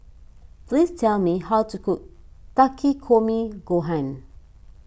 please tell me how to cook Takikomi Gohan